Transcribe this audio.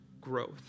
growth